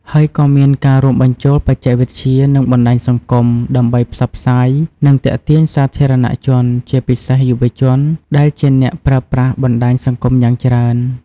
ហើយក៏មានការរួមបញ្ចូលបច្ចេកវិទ្យា និងបណ្តាញសង្គម ដើម្បីផ្សព្វផ្សាយ និងទាក់ទាញសាធារណជនជាពិសេសយុវជន ដែលជាអ្នកប្រើប្រាស់បណ្តាញសង្គមយ៉ាងច្រើន។